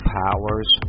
powers